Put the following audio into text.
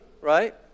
right